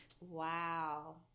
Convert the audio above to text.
wow